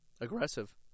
aggressive